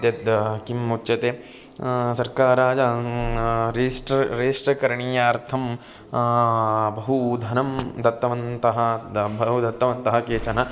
त्यत् किम् उच्चते सर्वकाराय रिष्ट्र रिष्ट्रकरणीयार्थं बहु धनं दत्तवन्तः द बहु दत्तवन्तः केचन